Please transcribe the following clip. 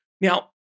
Now